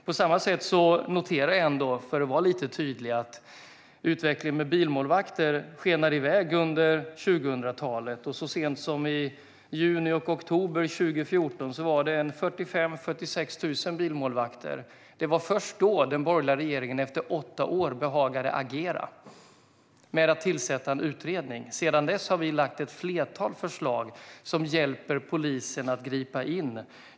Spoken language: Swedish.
På samma sätt noterar jag, för att vara tydlig, att utvecklingen med bilmålvakter skenade iväg under 2000-talet. Så sent som i juni och oktober 2014 var det 45 000-46 000 bilmålvakter. Det var först då, efter åtta år, som den borgerliga regeringen behagade agera genom att tillsätta en utredning. Sedan dess har vi lagt fram ett flertal förslag som hjälper polisen att gripa in.